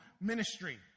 ministry